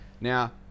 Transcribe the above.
Now